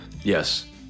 Yes